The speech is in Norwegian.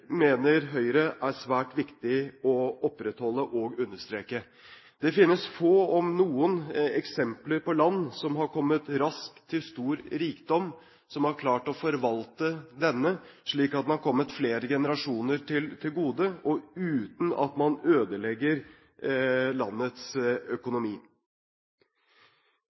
mener Høyre er svært viktig å opprettholde og understreke. Det finnes få – om noen – eksempler på land som har kommet raskt til stor rikdom, som har klart å forvalte denne, slik at den har kommet flere generasjoner til gode, uten å ødelegge landets økonomi.